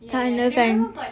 sana kan